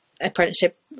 apprenticeship